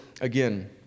again